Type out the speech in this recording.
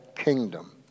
kingdom